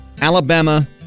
Alabama